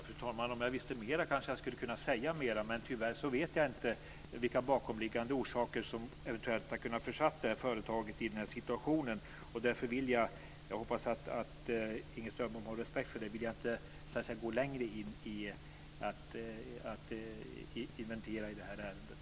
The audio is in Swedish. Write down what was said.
Fru talman! Om jag visste mer skulle jag kanske kunna säga mer. Men tyvärr vet jag inte vilka bakomliggande orsaker som eventuellt har kunnat försätta detta företag i denna situation. Därför hoppas jag att Inger Strömbom har respekt för att jag inte vill gå längre i att inventera i det här ärendet.